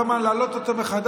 כל הזמן להעלות אותו מחדש?